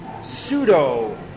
pseudo